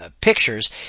pictures